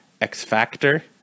X-Factor